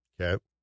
Okay